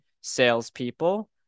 salespeople